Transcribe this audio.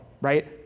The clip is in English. right